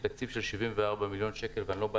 עם תקציב של 74 מיליון שקלים ואני לא בא